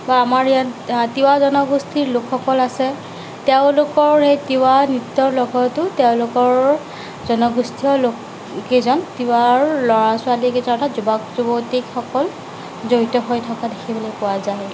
বা আমাৰ ইয়াত তিৱা জনগোষ্ঠীৰ লোকসকল আছে তেওঁলোকৰ সেই তিৱা নৃত্যৰ লগতো তেওঁলোকৰ জনগোষ্ঠীয় লোককেইজন তিৱাৰ ল'ৰা ছোৱালী কেইজন অৰ্থাৎ যুৱক যুৱতীসকল জড়়িত হৈ থকা দেখিবলৈ পোৱা যায়